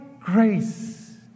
grace